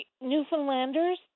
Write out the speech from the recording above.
Newfoundlanders